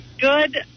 good